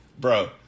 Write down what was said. bro